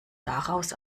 daraus